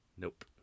Nope